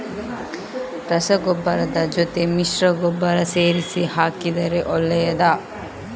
ರಸಗೊಬ್ಬರದ ಜೊತೆ ಮಿಶ್ರ ಗೊಬ್ಬರ ಸೇರಿಸಿ ಹಾಕಿದರೆ ಒಳ್ಳೆಯದಾ?